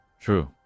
True